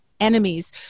Enemies